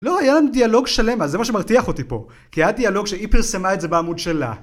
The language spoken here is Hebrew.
לא, היה לנו דיאלוג שלם, אז זה מה שמרתיח אותי פה. כי היה דיאלוג שהיא פרסמה את זה בעמוד שלה.